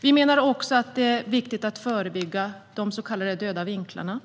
Vi menar också att det är viktigt att förebygga de så kallade döda vinklarna.